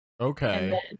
Okay